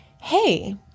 hey